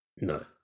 no